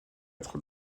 être